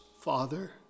Father